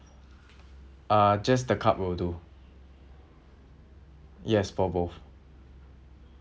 uh just the cup will do yes for both